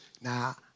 now